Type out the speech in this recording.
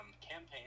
campaign